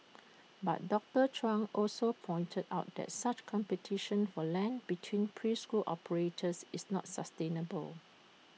but doctor chung also pointed out that such competition for land between preschool operators is not sustainable